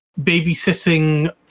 babysitting